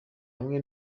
hamwe